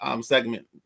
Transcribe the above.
segment